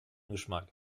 geschmack